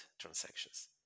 transactions